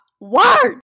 word